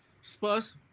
Spurs